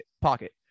pocket